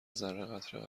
ذره٬قطره